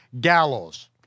gallows